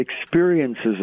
experiences